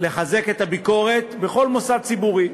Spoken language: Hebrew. לחזק את הביקורת בכל מוסד ציבורי,